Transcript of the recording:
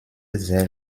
sehr